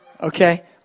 Okay